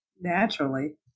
Naturally